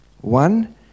One